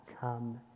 come